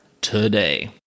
today